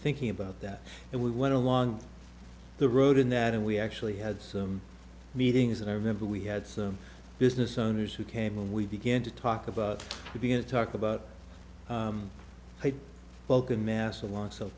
thinking about that and we went along the road in that and we actually had some meetings and i remember we had some business owners who came and we began to talk about to begin to talk about vulcan massive amounts of